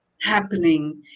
happening